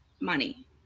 money